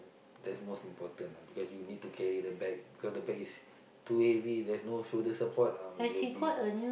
that's most important lah because you need to carry the bag because the bag is too heavy there's no shoulder support lah you will be